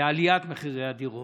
זה עליית מחירי הדירות,